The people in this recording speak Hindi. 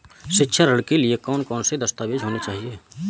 शिक्षा ऋण के लिए कौन कौन से दस्तावेज होने चाहिए?